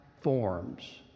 forms